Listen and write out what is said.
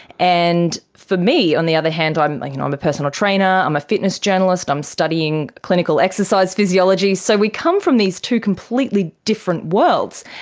and for me on the other hand, like and i'm a personal trainer, i'm a fitness journalist, i'm studying clinical exercise physiology, so we come from these two completely different worlds.